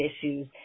issues